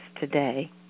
today